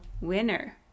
winner